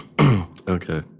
Okay